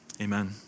Amen